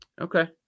Okay